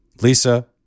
Lisa